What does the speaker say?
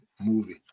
movie